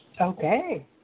Okay